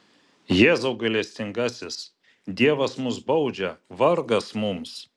jėzau gailestingasis dievas mus baudžia vargas mums